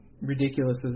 ridiculous